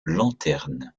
lanterne